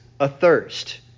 athirst